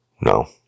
no